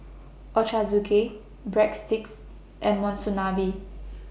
Ochazuke Breadsticks and Monsunabe